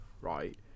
right